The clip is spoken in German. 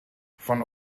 von